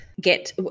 Get